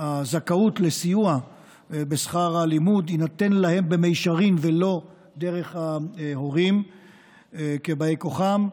שהזכאות לסיוע בשכר הלימוד תינתן להם במישרין ולא דרך ההורים כבאי כוחם,